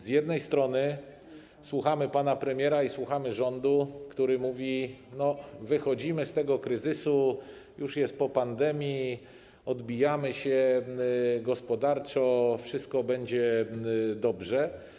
Z jednej strony słuchamy pana premiera i rządu, którzy mówią: wychodzimy z tego kryzysu, już jest po pandemii, odbijamy się gospodarczo, wszystko będzie dobrze.